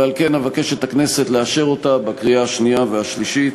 ועל כן אבקש מהכנסת לאשר אותה בקריאה השנייה ובקריאה השלישית,